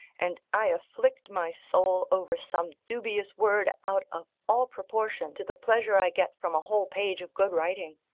and i afflict my soul over some dubious word out of all proportion to the pleasure i get from a whole page of good writing.